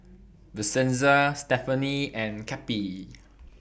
Vincenza Stefanie and Cappie